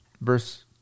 verse